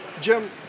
Jim